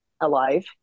alive